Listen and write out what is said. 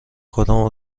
کدام